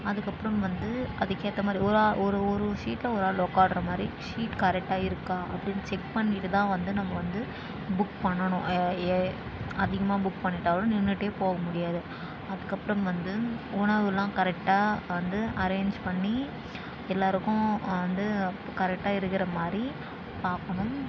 அதுக்கு அப்புறம் வந்து அதுக்கு ஏற்ற மாதிரி ஒரு ஆள் ஒரு ஒரு ஷீட்டில் ஒரு ஆள் உட்கார்ற மாதிரி ஷீட் கரெக்டாக இருக்கா அப்படின் செக் பண்ணிவிட்டு தான் வந்து நம்ம வந்து புக் பண்ணணும் அதிகமாக புக் பண்ணிவிட்டாலும் நின்றுட்டே போக முடியாது அதுக்கு அப்புறம் வந்து உணவு எல்லாம் கரெக்டாக வந்து அரேஞ்ச் பண்ணி எல்லாேருக்கும் வந்து கரெக்டாக இருக்கிற மாதிரி பார்க்கணும்